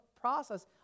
process